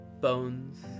bones